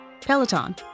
Peloton